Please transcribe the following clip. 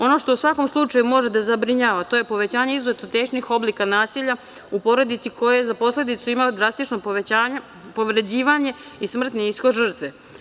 Ono što u svakom slučaju može da zabrinjava to je povećanje izuzetno teških oblika nasilja u porodici koja je za posledicu imala drastično povređivanje i smrtni ishod žrtve.